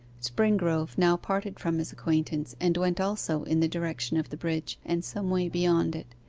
springrove now parted from his acquaintance, and went also in the direction of the bridge, and some way beyond it.